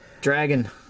Dragon